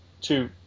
two